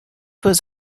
was